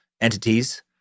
entities